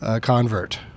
convert